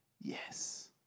yes